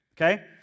Okay